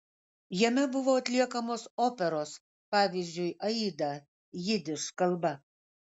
jame buvo atliekamos operos pavyzdžiui aida jidiš kalba